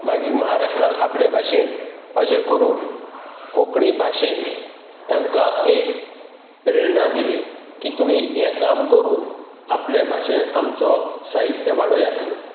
मागीर महाराष्ट्रांत आपले भाशेन अशें करून कोंकणी भाशेन तांकां एक प्रेरणा दिली की तुमी हें काम करून आपले भाशेन आमचो साहित्य वाडयात म्हणून